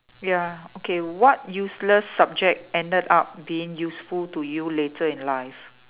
ya okay what useless subject ended up being useful to you later in life